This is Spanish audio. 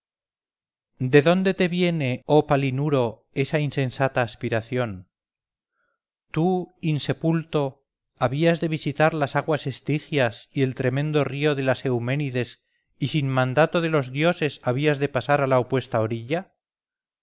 de dónde te viene oh palinuro esa insensata aspiración tú insepulto habías de visitar las aguas estigias y el tremendo río de las euménides y sin mandato de los dioses habías de pasar a la opuesta orilla